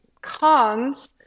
cons